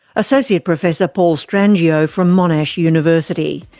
associate professor paul strangio from monash university.